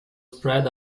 spread